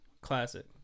Classic